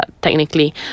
technically